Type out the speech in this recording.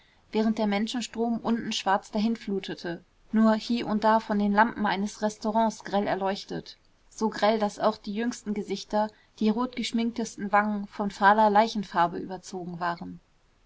während der menschenstrom unten schwarz dahinflutete nur hie und da von den lampen eines restaurants grell erleuchtet so grell daß auch die jüngsten gesichter die rotgeschminktesten wangen von fahler leichenfarbe überzogen waren